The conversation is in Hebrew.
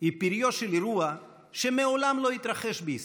היא פריו של אירוע שמעולם לא התרחש בישראל: